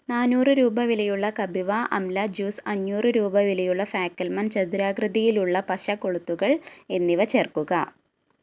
നാന്നൂറ് രൂപ വിലയുള്ള കപിവ അംല ജ്യൂസ് അഞ്ഞൂറ് രൂപ വിലയുള്ള ഫാക്കൽമൻ ചതുരാകൃതിയിലുള്ള പശ കൊളുത്തുകൾ എന്നിവ ചേർക്കുക